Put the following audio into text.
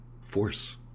force